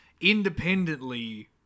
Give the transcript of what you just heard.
independently